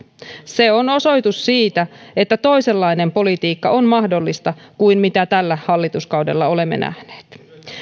se on osoitus siitä että toisenlainen politiikka kuin mitä tällä hallituskaudella olemme nähneet